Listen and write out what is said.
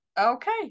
Okay